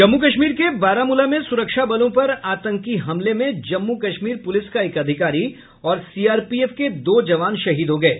जम्मू कश्मीर के बारामूला में सुरक्षा बलों पर आतंकी हमले में जम्मू कश्मीर पुलिस का एक अधिकारी और सीआरपीएफ के दो जवान शहीद हो गये